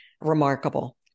remarkable